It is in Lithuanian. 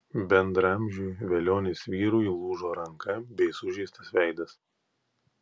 bendraamžiui velionės vyrui lūžo ranka bei sužeistas veidas